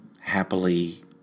happily